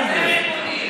דוגרי.